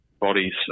bodies